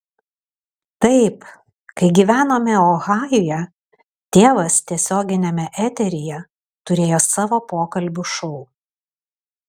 taip kai gyvenome ohajuje tėvas tiesioginiame eteryje turėjo savo pokalbių šou